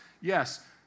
Yes